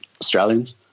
Australians